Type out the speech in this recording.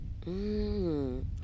Mmm